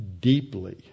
deeply